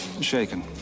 shaken